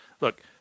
Look